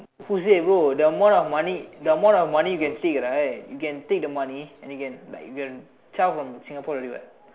who said bro the amount of money the amount of money you can take right you can take the money and then you can like if you have a child from Singapore already [what]